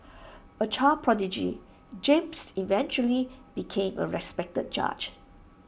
A child prodigy James eventually became A respected judge